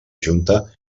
junta